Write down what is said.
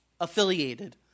affiliated